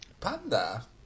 Panda